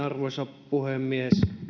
arvoisa puhemies